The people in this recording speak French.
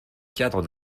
cadre